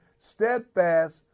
steadfast